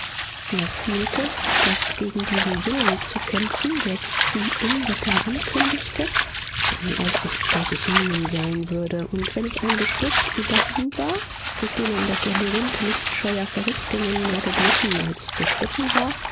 er fühlte daß gegen diesen willen zu kämpfen der sich wie unwetter verkündigte ein aussichtsloses mühen sein würde und wenn es ein beschluß über ihm war durch den er in das labyrinth lichtscheuer verrichtungen mehr geglitten als geschritten war